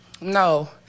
No